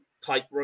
Type